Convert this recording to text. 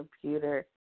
computer